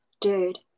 dude